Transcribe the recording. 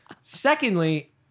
Secondly